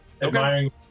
Admiring